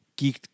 geeked